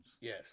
Yes